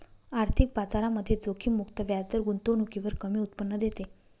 आर्थिक बाजारामध्ये जोखीम मुक्त व्याजदर गुंतवणुकीवर कमी उत्पन्न देते